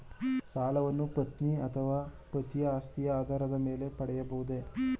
ಸಾಲವನ್ನು ಪತ್ನಿ ಅಥವಾ ಪತಿಯ ಆಸ್ತಿಯ ಆಧಾರದ ಮೇಲೆ ಪಡೆಯಬಹುದೇ?